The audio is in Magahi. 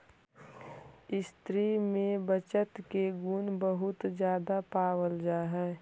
स्त्रि में बचत के गुण बहुत ज्यादा पावल जा हई